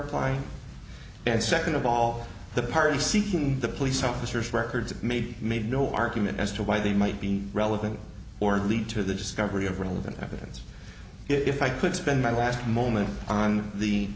applying and second of all the party seeking the police officer's records may be made no argument as to why they might be relevant or lead to the discovery of relevant evidence if i could spend my last moment on the